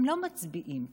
הם לא מצביעים פה,